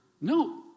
No